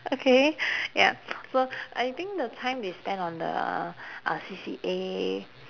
okay yup so I think the time we spend on the uh C_C_A